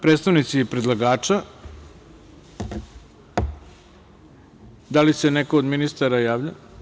Predstavnici predlagača, da li se neko od ministara javlja?